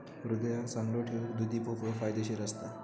हृदयाक चांगलो ठेऊक दुधी भोपळो फायदेशीर असता